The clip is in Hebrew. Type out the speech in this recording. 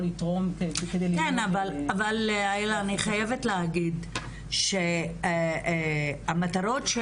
לתרום כדי- -- כן אבל איילת אני חייבת להגיד שהמטרות של